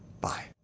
Bye